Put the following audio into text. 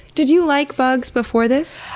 did you like bugs before this?